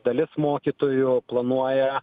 dalis mokytojų planuoja